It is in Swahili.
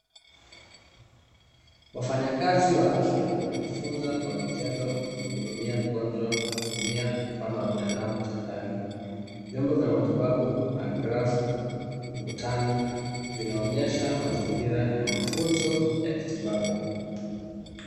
Wafanyakazi wa afya wanajifunza kwa vitendo kumhudumia mgonjwa kwa kutumia mfano wa binadamu kitandani. Vyombo vya matibabu na grafu ukutani, vinaonyesha mazingira ya mafunzo ya kitibabu.